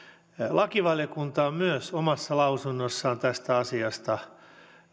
lakivaliokunta on myös omassa lausunnossaan tästä asiasta